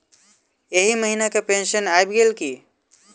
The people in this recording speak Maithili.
एहि महीना केँ पेंशन आबि गेल की